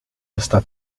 hasta